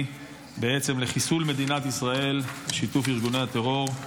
בעצם לחיסול מדינת ישראל בשיתוף ארגוני הטרור.